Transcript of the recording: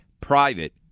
Private